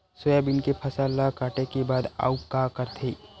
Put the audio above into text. Soybean के फसल ल काटे के बाद आऊ का करथे?